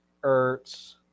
Ertz